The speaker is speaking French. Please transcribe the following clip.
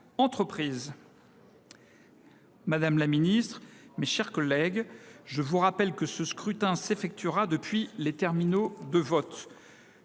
rapport n° 420). Mes chers collègues, je vous rappelle que ce scrutin s’effectuera depuis les terminaux de vote.